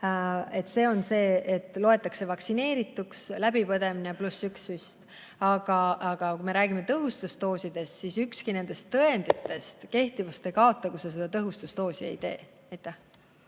tõend enam ei kehti. Vaktsineerituks loetakse läbipõdemine pluss üks süst. Aga kui me räägime tõhustusdoosidest, siis ükski nendest tõenditest kehtivust ei kaota, kui sa seda tõhustusdoosi ei tee.